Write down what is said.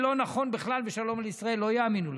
לא נכון בכלל, ושלום על ישראל, לא יאמינו לכם.